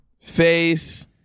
face